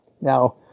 now